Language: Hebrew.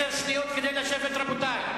לשבת, רבותי.